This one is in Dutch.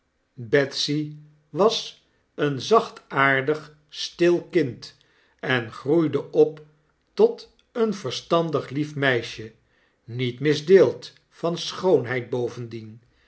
betsy was een zachtaardig stil kind en groeide op tot een verstandig lief meisje niet misdeeld van schoonheid bovendien